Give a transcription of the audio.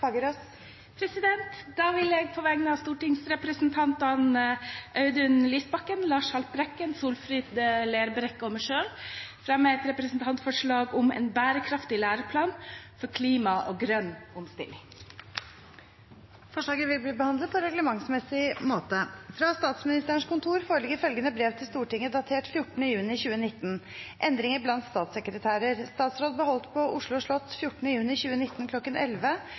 Fagerås vil fremsette et representantforslag. Jeg vil på vegne av stortingsrepresentantene Audun Lysbakken, Lars Haltbrekken, Solfrid Lerbrekk og meg selv fremme et representantforslag om en bærekraftig læreplan for klima og grønn omstilling. Forslaget vil bli behandlet på reglementsmessig måte. Fra Statsministerens kontor foreligger følgende brev til Stortinget, datert 14. juni 2019: «Endringer blant statssekretærer Statsråd ble holdt på Oslo slott 14. juni 2019